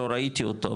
לא ראיתי אותו,